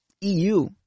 EU